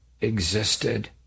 existed